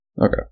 Okay